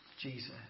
Jesus